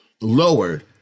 lowered